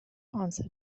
answered